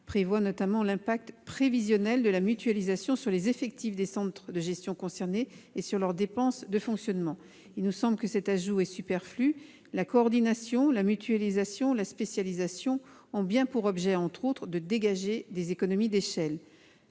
prévoie notamment l'incidence prévisionnelle de la mutualisation sur les effectifs des centres de gestion concernés et sur leurs dépenses de fonctionnement. Cet ajout nous semble superflu : la coordination, la mutualisation et la spécialisation ont bien pour objet, notamment, de dégager des économies d'échelle.